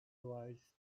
twice